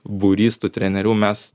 būrys tų trenerių mes